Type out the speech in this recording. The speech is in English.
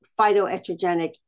phytoestrogenic